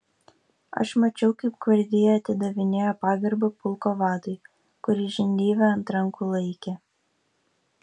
aš mačiau kaip gvardija atidavinėjo pagarbą pulko vadui kurį žindyvė ant rankų laikė